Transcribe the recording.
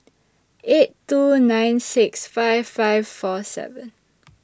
eight two nine six five five four seven